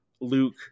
Luke